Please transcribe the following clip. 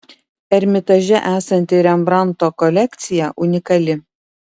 ermitaže esanti rembrandto kolekcija unikali